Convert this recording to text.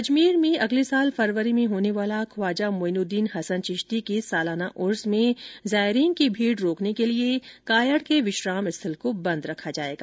अजमेर में अगले साल फरवरी में होने वाले ख्वाजा मोइनुद्दीन हसन चिश्ती के सालाना उर्स में जायरीन की भीड़ रोकने के लिए कायड के विश्राम स्थल को बंद रखा जाएगा